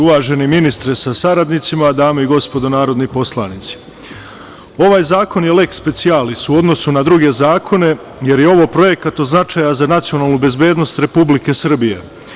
Uvaženi ministre sa saradnicima, dame i gospodo narodni poslanici, ovaj zakon je leks specijalis u odnosu na druge zakone, jer je ovo projekat od značaja za nacionalnu bezbednost Republike Srbije.